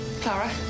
Clara